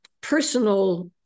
personal